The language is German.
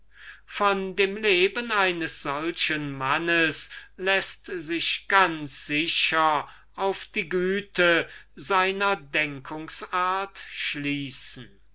von dem leben eines solchen mannes auf die güte seiner denkens art schließen